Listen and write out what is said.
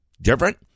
Different